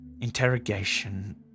interrogation